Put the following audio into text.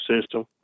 system